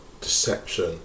deception